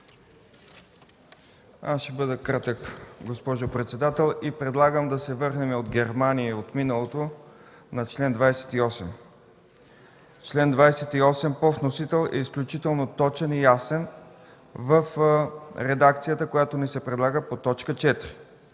Аз ще бъда кратък, госпожо председател. Предлагам да се върнем от Германия от миналото на чл. 28 по вносител. Той е изключително точен и ясен в редакцията, която ни се предлага в т. 4: